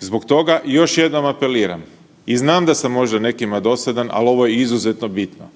Zbog toga još jednom apeliram i znam da sam možda nekima dosadan, ali ovo je izuzetno bitno,